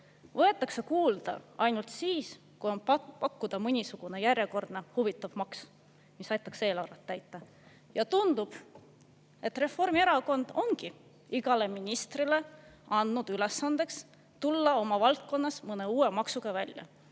võetakse kuulda ainult siis, kui on pakkuda mõni järjekordne huvitav maks, mis aitaks eelarvet täita? Tundub, et Reformierakond ongi igale ministrile andnud ülesandeks tulla oma valdkonnas mõne uue maksuga välja.